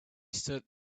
stood